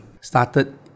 started